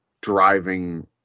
driving